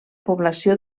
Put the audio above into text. població